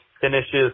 finishes